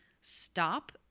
stop